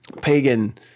pagan